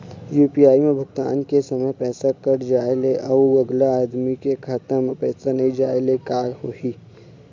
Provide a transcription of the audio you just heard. UPI म भुगतान के समय पैसा कट जाय ले, अउ अगला आदमी के खाता म पैसा नई जाय ले का होही?